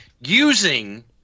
using